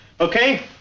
okay